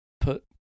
put